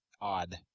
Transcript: Odd